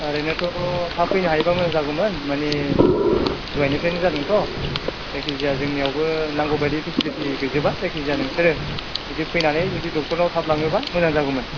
ओरैनोथ' थाब फैनो हायोबा मोजां जागौमोन माने दहायनिफ्रायनो जादोंथ' जायखि जाया जोंनियावबो नांगौ बायदि फिसिलिटि गैजोबा जायखि जाया नोंसोरो जुदि फैनानै जुदि डक्टारनाव थाब लाङोब्ला मोजां जागौमोन